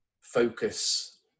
focus